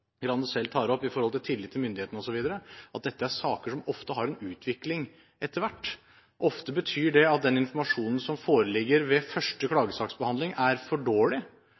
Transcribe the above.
Grande selv tar opp med hensyn til tillit til myndighetene osv., at dette er saker som ofte har en utvikling etter hvert. Ofte betyr det at den informasjonen som foreligger ved første klagesaksbehandling, er for dårlig,